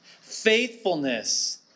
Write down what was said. faithfulness